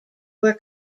were